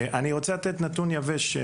נתון יבש: